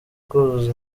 kuzuza